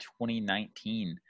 2019